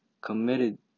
committed